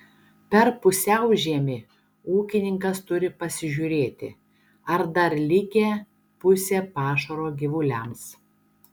per pusiaužiemį ūkininkas turi pasižiūrėti ar dar likę pusė pašaro gyvuliams